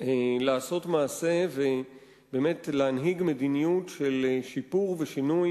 לעשות מעשה ובאמת להנהיג מדיניות של שיפור ושינוי